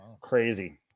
Crazy